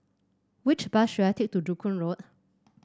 which bus should I take to Joo Koon Road